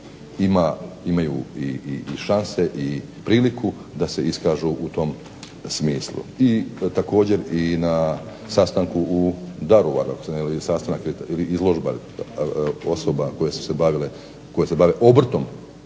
imaju i šanse i priliku da se iskažu u tom smislu. I također i na sastanku u Daruvaru, ako se ne varam, ili izložba osoba koje se bave obrtom